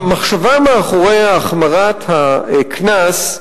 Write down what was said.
המחשבה מאחורי החמרת הקנס,